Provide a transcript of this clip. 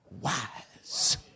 wise